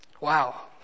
Wow